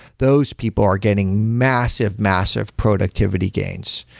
those people are getting massive, massive productivity gains.